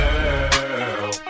Girl